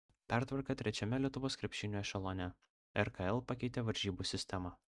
pertvarka trečiame lietuvos krepšinio ešelone rkl pakeitė varžybų sistemą